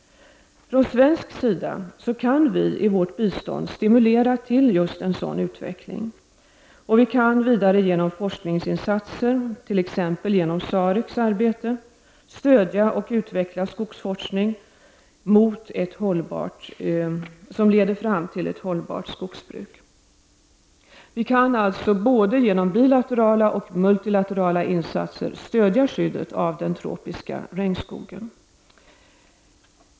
Från svensk sida kan vi i vårt bistånd stimulera till just en sådan utveckling. Vi kan vidare genom forskningsinsatser, t.ex. genom Sarecs arbete, stödja och utveckla skogsforskning som leder fram till ett hållbart skogsbruk. Vi kan både genom bilaterala och multilaterala insatser stödja skyddet av den tropiska regnskogen.